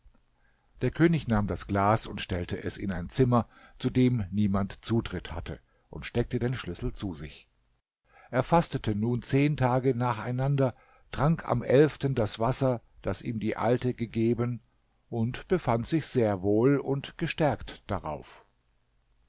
der könig nahm das glas und stellte es in ein zimmer zu dem niemand zutritt hatte und steckte den schlüssel zu sich er fastete nun zehn tage nacheinander trank am elften das wasser das ihm die alte gegeben und befand sich sehr wohl und gestärkt darauf